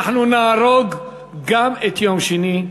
אנחנו נהרוג גם את יום שני,